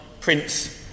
Prince